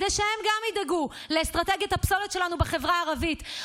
כדי שגם הם ידאגו לאסטרטגיית הפסולת שלנו בחברה הערבית,